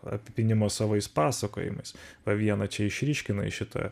apipynimo savais pasakojimais o vieną čia išryškinai šitą